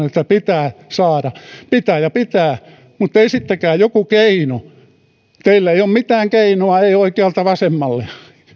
että pitää saada pitää ja pitää mutta ei sittenkään joku keino teillä ei ole mitään keinoa ei oikealta vasemmalle